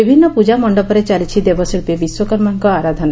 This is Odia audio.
ବିଭିନ୍ନ ପୂଜା ମଣ୍ଡପରେ ଚାଲିଛି ଦେବଶିଛୀ ବିଶ୍ୱକର୍ମାଙ୍କ ଆରାଧନା